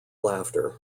laughter